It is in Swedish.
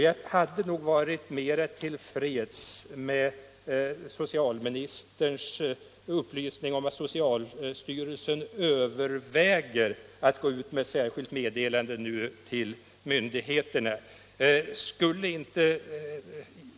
Jag hade nog varit mera till freds om socialministern kunnat upplysa = om innehållet i det särskilda meddelande som socialstyrelsen överväger . Om en översyn av att gå ut med till de sociala myndigheterna.